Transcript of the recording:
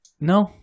no